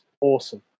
Awesome